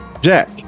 Jack